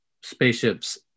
spaceships